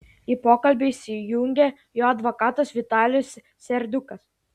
į pokalbį įsijungė jo advokatas vitalijus serdiukas